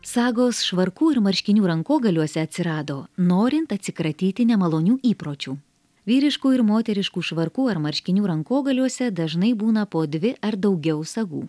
sagos švarkų ir marškinių rankogaliuose atsirado norint atsikratyti nemalonių įpročių vyriškų ir moteriškų švarkų ar marškinių rankogaliuose dažnai būna po dvi ar daugiau sagų